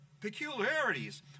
peculiarities